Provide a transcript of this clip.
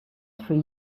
three